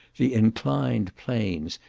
the inclined planes,